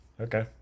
Okay